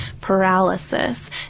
paralysis